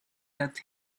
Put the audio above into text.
that